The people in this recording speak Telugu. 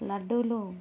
లడ్డూలు